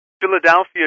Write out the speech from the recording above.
Philadelphia